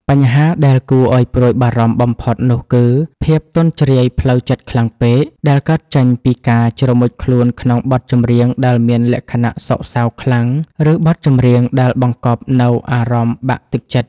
បញ្ហាដែលគួរឱ្យព្រួយបារម្ភបំផុតនោះគឺ ភាពទន់ជ្រាយផ្លូវចិត្តខ្លាំងពេក ដែលកើតចេញពីការជ្រមុជខ្លួនក្នុងបទចម្រៀងដែលមានលក្ខណៈសោកសៅខ្លាំង ឬបទចម្រៀងដែលបង្កប់នូវអារម្មណ៍បាក់ទឹកចិត្ត។